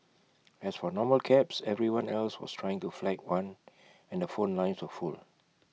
as for normal cabs everyone else was trying to flag one and the phone lines were full